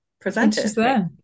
presented